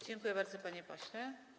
Dziękuję bardzo, panie pośle.